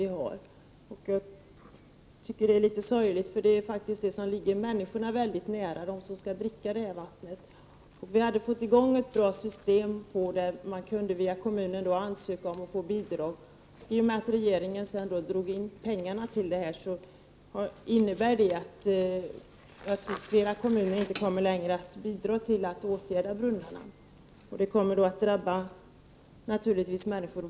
Jag tycker det är litet sorgligt, för det är faktiskt det som ligger människorna väldigt nära, eftersom de skall dricka det här vattnet. Det hade varit önskvärt att vi hade fått i gång ett bra system, där man via kommunen kunde ansöka om att få bidrag. Att regeringen drog in pengar innebär att flera kommuner inte längre kommer att bidra till att åtgärda brunnarna. Det kommer att naturligtvis drabba människor.